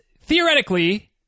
theoretically